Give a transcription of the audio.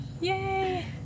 Yay